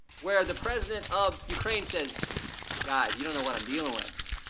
where the president of ukraine says guys, you don't know what i'm dealing with,